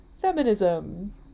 feminism